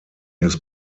his